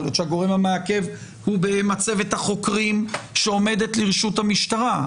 יכול להיות שהגורם המעכב הוא במצבת החוקרים שעומדת לרשות המשטרה.